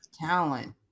talent